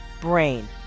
Brain